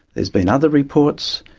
has been other reports.